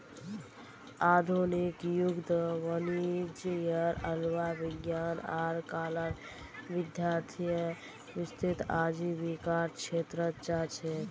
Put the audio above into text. आधुनिक युगत वाणिजयेर अलावा विज्ञान आर कलार विद्यार्थीय वित्तीय आजीविकार छेत्रत जा छेक